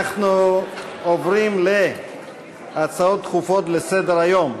אנחנו עוברים להצעות דחופות לסדר-היום,